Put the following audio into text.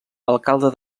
alcalde